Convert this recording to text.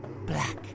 black